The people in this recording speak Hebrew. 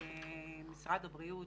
משרד הבריאות